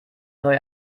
neue